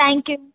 thank you